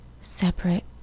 separate